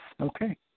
Okay